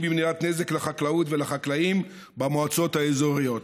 במניעת נזק לחקלאות ולחקלאים במועצות האזוריות.